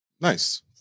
Nice